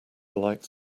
like